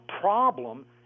problem